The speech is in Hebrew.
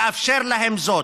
לאפשר להם זאת,